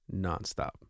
nonstop